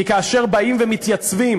כי כאשר באים ומתייצבים